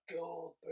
Goldberg